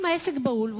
אם העסק בהול,